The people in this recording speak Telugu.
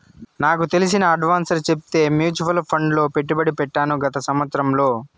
నాకు తెలిసిన అడ్వైసర్ చెప్తే మూచువాల్ ఫండ్ లో పెట్టుబడి పెట్టాను గత సంవత్సరంలో